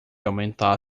aumentar